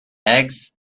eggs